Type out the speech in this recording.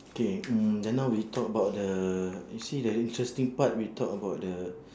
okay mm just now we talk about the you see the interesting part we talk about the